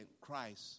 Christ